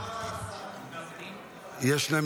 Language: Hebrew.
תודה רבה לשר.